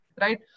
Right